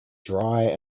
dry